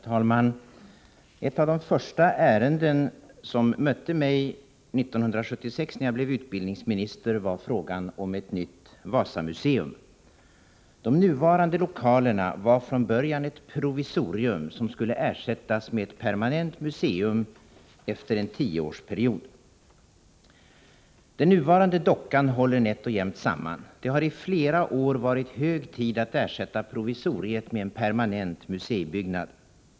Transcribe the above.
Herr talman! Ett av de första ärenden som mötte mig när jag 1976 blev utbildningsminister var frågan om ett nytt Wasamuseum. De nuvarande lokalerna var från början ett provisorium, som skulle ersättas med ett permanent museum efter en tioårsperiod. Den nuvarande dockan håller nätt och jämnt samman. Det har i flera år varit hög tid att ersätta provisoriet med en permanent museibyggnad.